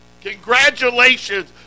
congratulations